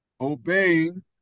Obeying